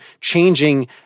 changing